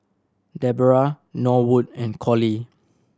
Debera Norwood and Colie